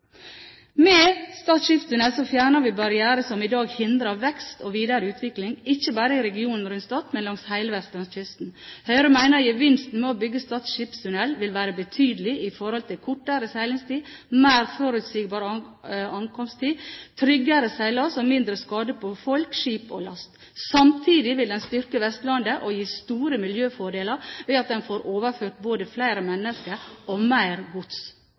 Med Stad skipstunnel fjerner vi barrierer som i dag hindrer vekst og videre utvikling, ikke bare i regionen rundt Stad, men langs hele vestlandskysten. Høyre mener gevinsten ved å bygge Stad skipstunnel vil være betydelig i forhold til kortere seilingstid, mer forutsigbar ankomsttid, tryggere seilas og mindre skade på folk, skip og last. Samtidig vil den styrke Vestlandet og gi store miljøfordeler ved at en får overført både flere mennesker og mer gods